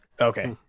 okay